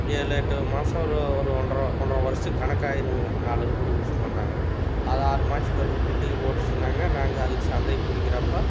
ஏளு எட்டு மாதம் ஒரு ஒரு ஒன்றர ஒன்றர வருஷத்துக்கு கணக்கு ஆயிடுமுங்க நாலு உருப்படி பிடிச்சுட்டு வந்தாங்க அதை ஆறு மாதத்துக்கு ஒருக்க குட்டி போட்டுச்சுன்னாங்க நாங்கள் அதுக்கு சந்தையை பிடிக்குறப்ப